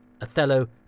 Othello